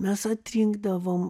mes atrinkdavom